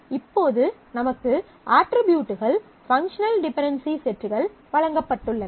இப்போது நமக்கு அட்ரிபியூட்கள் பங்க்ஷனல் டிபென்டென்சி செட்கள் வழங்கப்பட்டுள்ளன